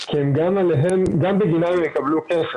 כי גם בגינם הם יקבלו כסף.